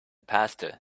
pasta